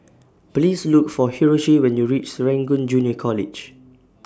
Please Look For Hiroshi when YOU REACH Serangoon Junior College